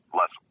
less